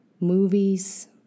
movies